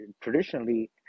traditionally